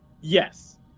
yes